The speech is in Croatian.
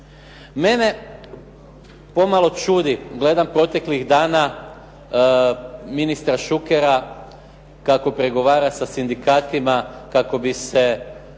Mene pomalo čudi, gledam proteklih dana ministra Šukera kako pregovara sa sindikatima kako bi se